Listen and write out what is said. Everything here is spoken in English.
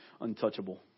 untouchable